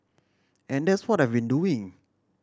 and that's what I've been doing